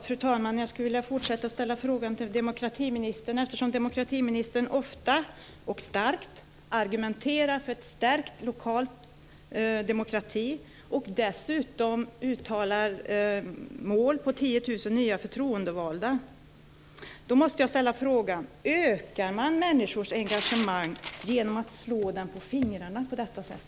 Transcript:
Fru talman! Jag skulle vilja fortsätta med att ställa en fråga till demokratiministern, eftersom hon ofta och kraftfullt argumenterar för en stärkt lokal demokrati och dessutom uttalar som mål att det ska bli 10 000 nya förtroendevalda. Då måste jag fråga om man ökar människors engagemang genom att slå dem på fingrarna på detta sätt.